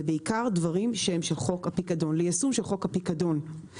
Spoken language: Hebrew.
בעיקר דברים ליישום של חוק הפיקדון,